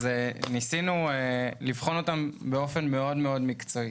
אז ניסינו לבחון אותם באופן מאוד מאוד מקצועי.